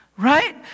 Right